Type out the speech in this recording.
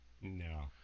No